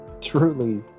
truly